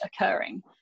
occurring